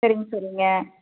சரிங்க சரிங்க